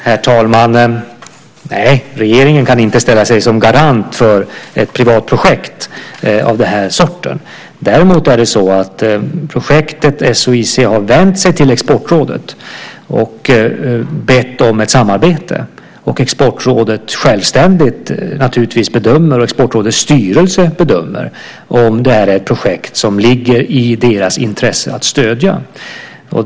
Herr talman! Nej, regeringen kan inte ställa sig som garant för ett privat projekt av den här sorten. Däremot är det så att projektet SOIC har vänt sig till Exportrådet och bett om ett samarbete. Exportrådet och Exportrådets styrelse bedömer självständigt om det är ett projekt som det ligger i deras intresse att stödja.